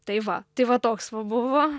tai va tai va toks buvo